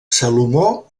salomó